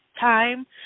time